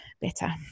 better